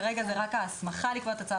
כרגע זאת רק ההסמכה לקבוע את הצו.